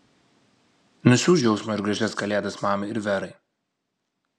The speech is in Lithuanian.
nusiųsk džiaugsmo ir gražias kalėdas mamai ir verai